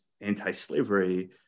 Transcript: anti-slavery